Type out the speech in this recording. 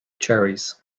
cherries